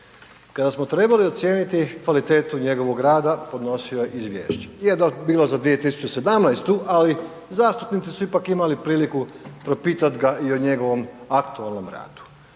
Kada smo trebali ocijeniti kvalitetu njegovog rada podnosio je izvješće, je da je bilo za 2017., ali zastupnici su ipak imali priliku propitat ga i o njegovom aktualnom radu.